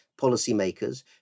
policymakers